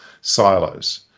silos